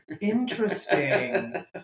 Interesting